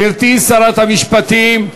גברתי שרת המשפטים,